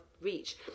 reach